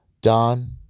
Don